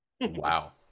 wow